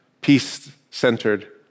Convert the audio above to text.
peace-centered